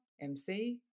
MC